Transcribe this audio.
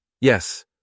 Yes